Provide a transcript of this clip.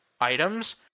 items